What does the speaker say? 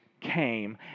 came